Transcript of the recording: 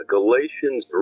Galatians